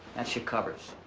that's your covers,